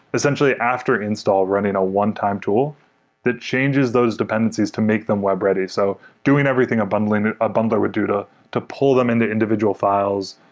essentially, after install, running a one-time tool that changes those dependencies to make them web-ready. so doing everything a bundler and and a bundler would do to to pull them into individual files,